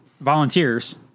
volunteers